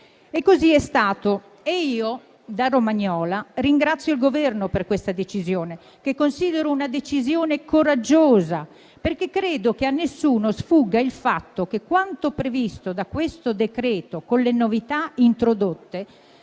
e così è stato e io, da romagnola, ringrazio il Governo per questa decisione che considero una decisione coraggiosa, perché credo che a nessuno sfugga il fatto che quanto previsto da questo decreto con le novità introdotte